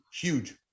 huge